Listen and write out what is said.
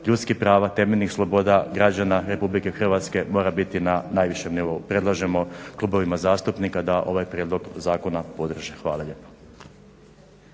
ljudskih prava, temeljnih sloboda građana Republike Hrvatske mora biti na najvišem nivou. Predlažemo klubovima zastupnika da ovaj prijedlog zakona podrže. Hvala lijepo.